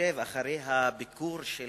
אחרי הביקור של